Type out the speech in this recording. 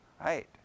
right